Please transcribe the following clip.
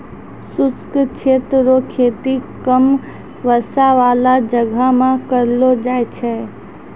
शुष्क क्षेत्र रो खेती कम वर्षा बाला जगह मे करलो जाय छै